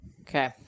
Okay